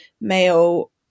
male